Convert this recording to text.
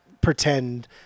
pretend